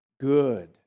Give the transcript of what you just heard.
good